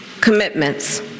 commitments